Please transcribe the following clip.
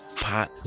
pot